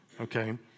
okay